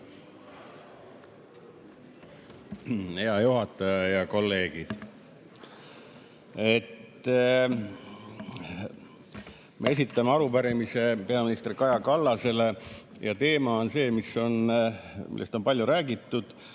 Hea juhataja! Head kolleegid! Me esitame arupärimise peaminister Kaja Kallasele. Teema on see, millest on palju räägitud: